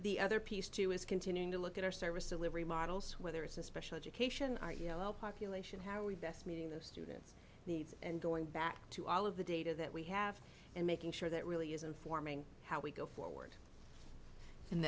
the other piece too is continuing to look at our service to live remodels whether it's a special education our you know well population how do we best meeting those students needs and going back to all of the data that we have and making sure that really isn't forming how we go forward and